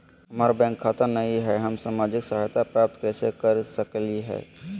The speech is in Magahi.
हमार बैंक खाता नई हई, हम सामाजिक सहायता प्राप्त कैसे के सकली हई?